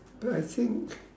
but I think